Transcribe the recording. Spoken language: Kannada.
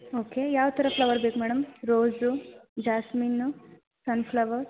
ಓಕೆ ಯಾವ ಥರ ಫ್ಲವರ್ ಬೇಕು ಮೇಡಮ್ ರೋಜು ಜಾಸ್ಮಿನ್ನು ಸನ್ ಫ್ಲವರ್